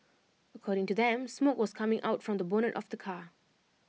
according to them smoke was coming out from the bonnet of the car